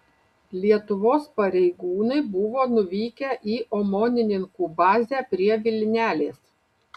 lietuvos pareigūnai buvo nuvykę į omonininkų bazę prie vilnelės